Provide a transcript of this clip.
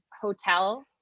hotel